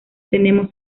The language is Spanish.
tenemos